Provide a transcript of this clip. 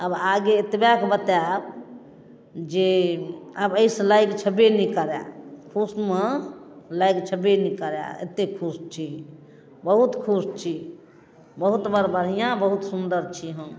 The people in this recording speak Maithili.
आब आगे एतबा बताएब जे आब एहिसँ लागि छेबे नहि करै खुशमे लागि छेबै नहि करै एतेक खुश छी बहुत खुश छी बहुत बड़ बढ़िआँ बहुत सुन्दर छी हम